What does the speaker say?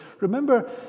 Remember